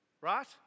right